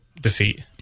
defeat